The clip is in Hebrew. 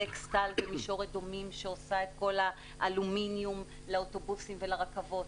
"אקסטל" במישור אדומים שעושה את כל האלומיניום לאוטובוסים ולרכבות.